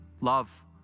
love